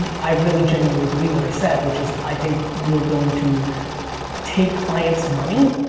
um i really genuinely believe what i said, which is i think we're going to take clients' money,